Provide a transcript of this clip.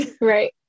right